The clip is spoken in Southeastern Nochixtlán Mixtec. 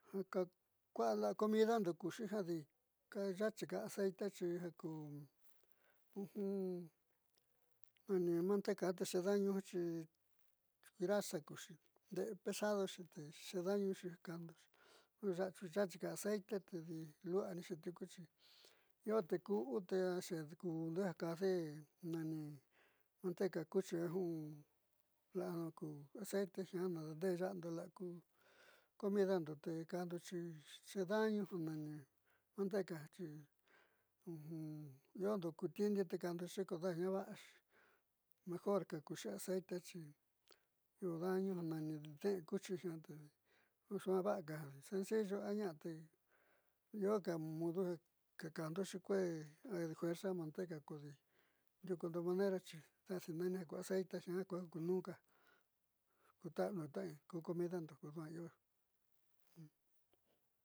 Ja kua'a la'a comidando kuxi ja di yaachika aceite xi ja ku nani manteca te xeeda'anu jia xi grasa kuxi nde'e pesadoxi te xeeda'anuxi ja kajndoxi ju yaachika aceite tedi lu'uanixi tiuku io te ku'u te akude ja kajdee nani manteca cuchi jia ji la'a ku aceite jiaa daandeeka'ando la'a ku comidando te kajndo xi xeedaáñu ja nani manteca jiaa xi iondo kutindi te kajndoxi ko dadi a va'axi mejorka kuxi aceite io dañu ja nani de'en cuchi jiaa te vaaku censillo a ñaa te ioka mudo ja kajndoxi kuee adi fuerza manteca kodi ndiukundo manera xi meninne aceite jiaa ku ja kunuunka.